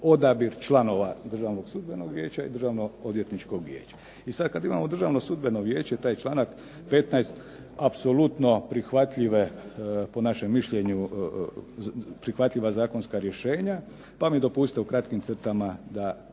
odabir članova Državnog sudbenog vijeća i Državnoodvjetničkog vijeća. I sad kad imamo Državno sudbeno vijeće, taj članak 15. apsolutno prihvatljive po našem mišljenju, prihvatljiva zakonska rješenja, pa mi dopustite u kratkim crtama da